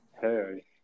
Hey